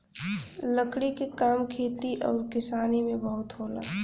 लकड़ी क काम खेती आउर किसानी में बहुत होला